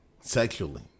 sexually